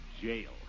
Jail